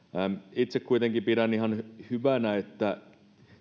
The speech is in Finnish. itse kuitenkin pidän ihan hyvänä että